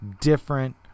different